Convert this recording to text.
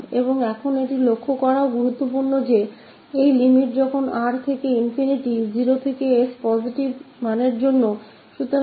और यह भी ध्यान रखना जरूरी है कि जब लिमिट R ∞ की तरफ जाए तो वह s कि पॉजिटिव वैल्यू के लिए 0 था